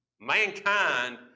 Mankind